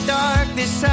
darkness